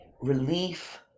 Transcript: relief